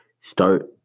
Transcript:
start